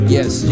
Yes